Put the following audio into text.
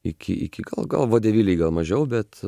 iki iki gal gal vadeviliai gal mažiau bet